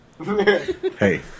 Hey